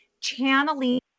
channeling